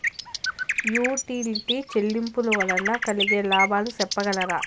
Utility చెల్లింపులు వల్ల కలిగే లాభాలు సెప్పగలరా?